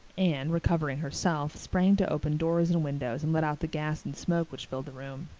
anne, recovering herself, sprang to open doors and windows and let out the gas and smoke which filled the room.